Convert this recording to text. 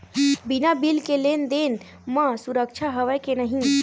बिना बिल के लेन देन म सुरक्षा हवय के नहीं?